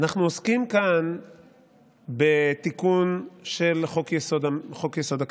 אנחנו עוסקים כאן בתיקון של חוק-יסוד: הכנסת.